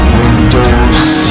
Windows